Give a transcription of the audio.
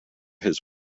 his